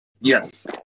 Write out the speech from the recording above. Yes